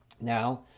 Now